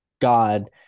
god